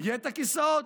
יהיו הכיסאות,